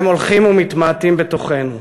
והם הולכים ומתמעטים בתוכנו.